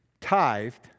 tithed